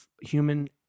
human